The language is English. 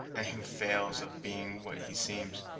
and who fails of being what he seems,